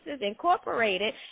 Incorporated